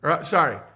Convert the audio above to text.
Sorry